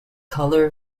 colour